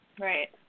Right